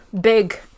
big